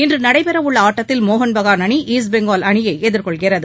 இன்று நடைபெறவுள்ள ஆட்டத்தில் மோகன் பெஹான் அணி ஈஸ்ட் பெங்கால் அணியை எதிர்கொள்கிறது